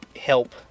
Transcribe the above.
help